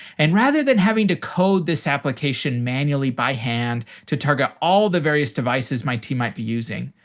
and rather than having to code this application manually by hand to target all the various devices my team might be using,